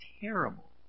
terrible